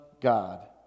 God